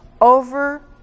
over